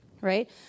right